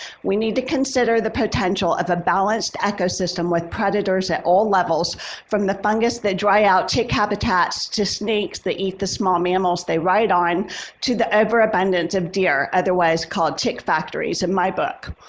we need to consider the potential of a balanced ecosystem with predators at all levels from the fungus that dry out tick habitats to snakes that eat the small mammals they ride on to the overabundance of deer, otherwise called tick factories in my book.